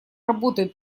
работает